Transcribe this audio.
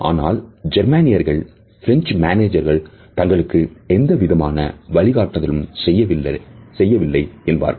ஆனால் ஜெர்மானியர்கள் பிரெஞ்சு மேனேஜர்கள் தங்களுக்கு எந்தவிதமான வழிகாட்டுதலும் செய்யவில்லை என்பார்கள்